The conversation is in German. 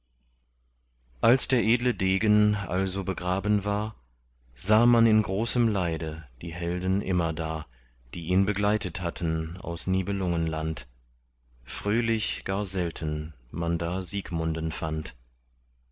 als der edle degen also begraben war sah man in großem leide die helden immerdar die ihn begleitet hatten aus nibelungenland fröhlich gar selten man da siegmunden fand